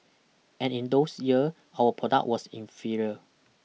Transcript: and in those year our product was inferior